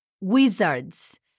wizards